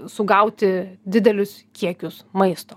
sugauti didelius kiekius maisto